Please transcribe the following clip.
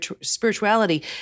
spirituality